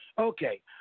Okay